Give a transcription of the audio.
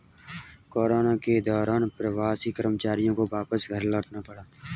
corona के दौरान प्रवासी कर्मचारियों को वापस घर लौटना पड़ा